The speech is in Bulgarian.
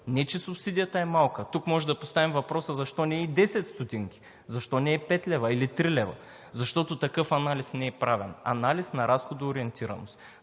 не че субсидията е малка. Тук може да поставим въпроса: защо не и 10 стотинки, защо не и пет лева или три лева? Защото такъв анализ не е правен – анализ на разходоориентираност.